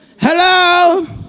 Hello